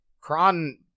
Kron